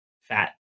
fat